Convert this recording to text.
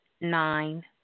nine